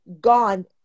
gone